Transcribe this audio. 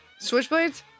Switchblades